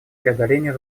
преодолению